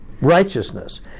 righteousness